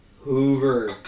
Hoover